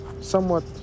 somewhat